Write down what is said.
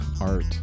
art